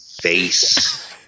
face